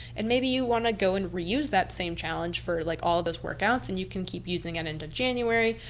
and maybe you want to go and reuse that same challenge for like all of those workouts and you can keep using it and into january.